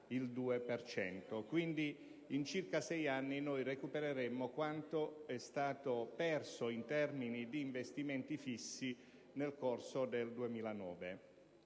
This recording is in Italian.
anno. Quindi in circa sei anni, dovremmo recuperare quanto è stato perso in termini di investimenti fissi nel corso del 2009.